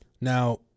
Now